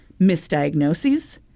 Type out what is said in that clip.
misdiagnoses